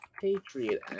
Patriot